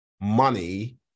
money